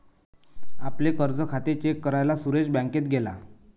आपले कर्ज खाते चेक करायला सुरेश बँकेत गेला